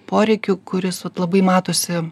poreikių kuris vat labai matosi